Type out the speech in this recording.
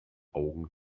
augen